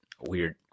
weird